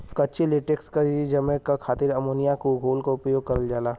कच्चे लेटेक्स के जमे क खातिर अमोनिया क घोल क उपयोग करल जाला